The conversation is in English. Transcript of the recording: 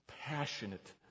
passionate